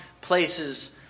places